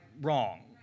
wrong